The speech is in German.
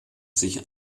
sich